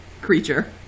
creature